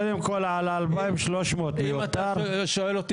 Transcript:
אתה אומר,